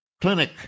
clinic